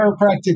chiropractic